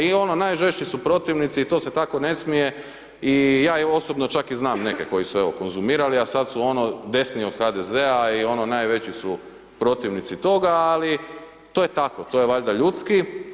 I ono najžešći su protivnici i to se tako ne smije i ja osobno čak i znam neke koji su evo konzumirali a sad su desnije od HDZ-a i najveći su protivnici toga, ali to je tako, to je valjda ljudski.